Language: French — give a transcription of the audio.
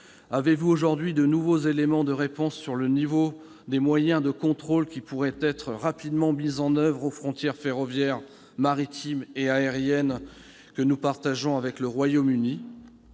Avez-vous aujourd'hui de nouveaux éléments de réponse sur le niveau des moyens de contrôle qui pourraient être rapidement mis en oeuvre aux frontières ferroviaires, maritimes et aériennes que nous partageons avec le Royaume-Uni ?